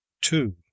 two